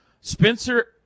Spencer